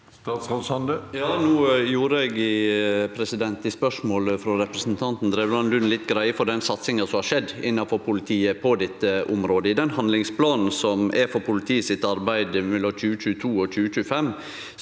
gjorde eg i svar på spørsmålet frå representanten Drevland Lund litt greie for den satsinga som har skjedd innanfor politiet på dette området. I handlingsplanen for politiet sitt arbeid mellom 2022 og 2025